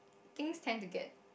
things tend to get